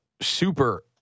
super